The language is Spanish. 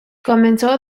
comenzó